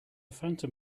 phantom